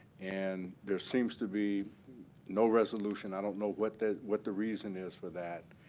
and there seems to be no resolution. i don't know what the what the reason is for that.